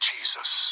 Jesus